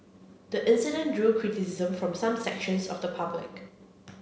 the incident drew criticism from some sections of the public